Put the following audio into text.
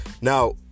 Now